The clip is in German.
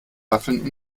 waffeln